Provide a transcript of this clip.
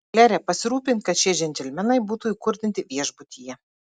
klere pasirūpink kad šie džentelmenai būtų įkurdinti viešbutyje